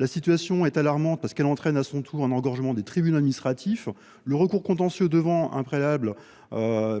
La situation est d’autant plus alarmante qu’elle entraîne ensuite un engorgement des tribunaux administratifs, le recours contentieux devenant un préalable